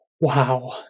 Wow